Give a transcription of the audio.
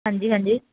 ਹਾਂਜੀ ਹਾਂਜੀ